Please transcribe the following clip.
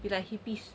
be like hippies